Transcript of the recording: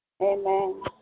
Amen